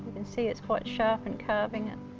can see it's quite sharp and carving it.